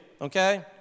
Okay